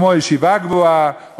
כמו ישיבה גבוהה,